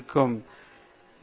எவ்வளவு நேரம் எடுக்கும்